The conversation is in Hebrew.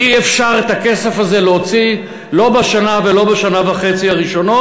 אי-אפשר את הכסף הזה להוציא לא בשנה ולא בשנה וחצי הראשונות.